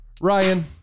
Ryan